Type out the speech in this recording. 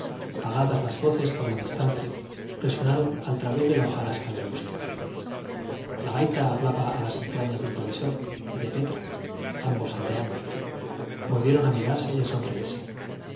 apagadas las voces por la distancia resonaron al través de la hojarasca del bosque la gaita hablaba a las entrañas del provisor y de petra ambos aldeanos volvieron a mirarse y a sonreírse